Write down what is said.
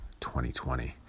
2020